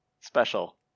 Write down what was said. special